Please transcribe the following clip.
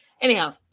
Anyhow